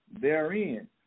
Therein